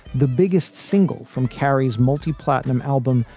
the biggest single from carrie's multi-platinum album,